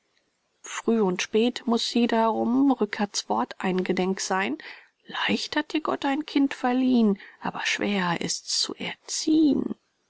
früh und spät muß sie darum rückert's wort eingedenk sein leicht hat dir gott ein kind verlieh'n aber schwer ist's zu erzieh'n